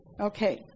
okay